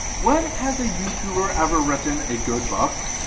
when has a youtuber ever written a good book?